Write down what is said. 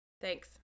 Thanks